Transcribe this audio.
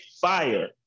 fire